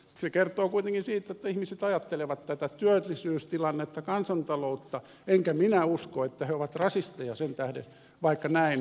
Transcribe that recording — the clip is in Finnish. se kertoo kuitenkin siitä että ihmiset ajattelevat tätä työllisyystilannetta kansantaloutta enkä minä usko että he ovat rasisteja sen tähden vaikka näin ajattelevat